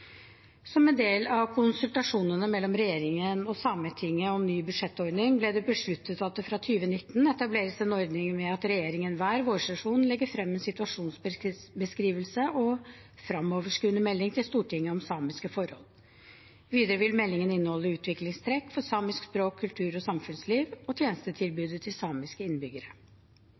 Som en del av konsultasjonene mellom regjeringen og Sametinget om ny budsjettordning ble det besluttet at det fra 2019 etableres en ordning med at regjeringen hver vårsesjon legger frem en situasjonsbeskrivelse og en fremoverskuende melding til Stortinget om samiske forhold. Videre vil meldingen inneholde utviklingstrekk for samisk språk, kultur og samfunnsliv og tjenestetilbudet til samiske innbyggere.